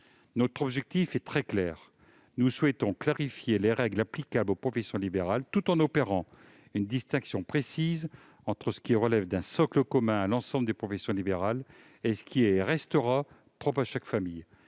Notre objectif est très simple : nous souhaitons clarifier les règles applicables aux professions libérales, tout en opérant une distinction précise entre ce qui relève d'un socle commun à l'ensemble de ces professions et ce qui est et restera propre à chaque famille.